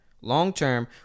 long-term